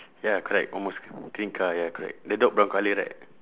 ya correct almost g~ green car ya correct the dog brown colour right